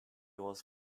was